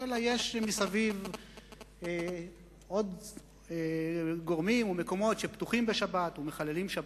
אלא יש מסביב עוד גורמים ומקומות שפתוחים בשבת ומחללים שבת.